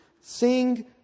sing